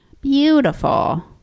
Beautiful